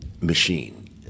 machine